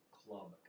club